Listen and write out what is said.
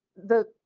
the